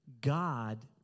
God